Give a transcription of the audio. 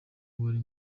wari